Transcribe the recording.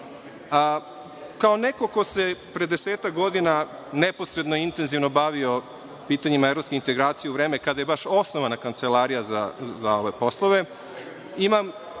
neko ko se pre desetak godina neposredno, intenzivno bavio pitanjima evropske integracije u vreme kada je baš osnovana Kancelarija za ove poslove, imam